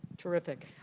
terrific.